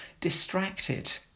distracted